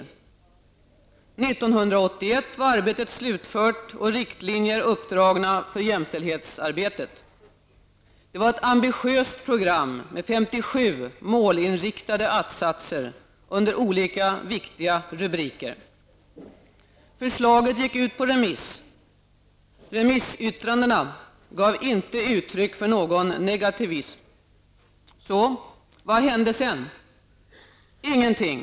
1981 var arbetet slutfört och riktlinjer uppdragna för jämställdhetsarbetet. Det var ett ambitiöst program med 57 målinriktade att-satser under olika viktiga rubriker. Förslaget gick ut på remiss. Remissyttrandena gav inte uttryck för någon negativism. Så -- vad hände sedan? Ingenting!